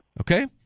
Okay